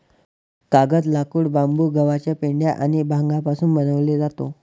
कागद, लाकूड, बांबू, गव्हाचा पेंढा आणि भांगापासून बनवले जातो